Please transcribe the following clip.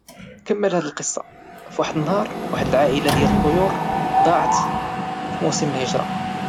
كمل هاد القصة، واحد النهار واحد العائلة ديال الطيور ضاعت فموسم الهجرة.